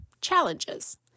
Challenges